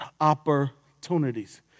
opportunities